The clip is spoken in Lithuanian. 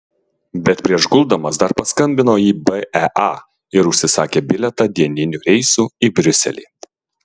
bet prieš guldamas dar paskambino į bea ir užsisakė bilietą dieniniu reisu į briuselį